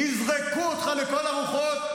יזרקו אותך לכל הרוחות,